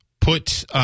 put